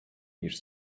niż